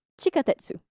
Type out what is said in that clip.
chikatetsu